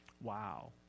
Wow